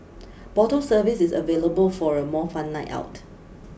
bottle service is available for a more fun night out